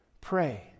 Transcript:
Pray